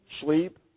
sleep